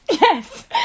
yes